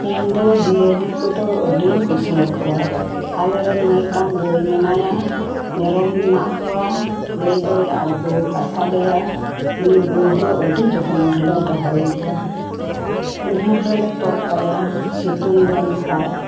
ᱤᱧᱫᱚ ᱡᱤᱭᱟᱹᱞᱤ ᱠᱚᱫᱚ ᱟᱹᱰᱤᱧ ᱠᱩᱥᱤᱭᱟᱠᱚᱣᱟ ᱟᱞᱮ ᱨᱮᱱ ᱢᱤᱫᱴᱟᱝ ᱜᱟᱹᱭ ᱢᱮᱱᱟᱭᱟ ᱢᱮᱨᱚᱢ ᱢᱮᱱᱟᱜ ᱠᱚᱣᱟ ᱜᱟᱹᱭ ᱫᱚᱭ ᱟᱲᱜᱳᱣᱟᱠᱟᱫ ᱛᱟᱞᱮᱭᱟ ᱩᱱᱤ ᱜᱟᱹᱭ ᱫᱚ ᱟᱹᱰᱤ ᱡᱚᱛᱱᱚ ᱨᱮᱞᱮ ᱫᱚᱦᱚᱭᱮᱭᱟ ᱩᱢᱩᱞ ᱨᱮᱞᱮ ᱛᱚᱞ ᱠᱟᱭᱟ ᱥᱤᱛᱩᱝ ᱞᱮᱱ ᱠᱷᱟᱱ